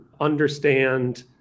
understand